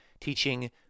teaching